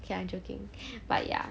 okay I'm joking but ya